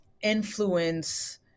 influence